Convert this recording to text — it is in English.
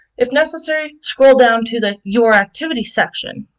if necessary, scroll down to the your activity section.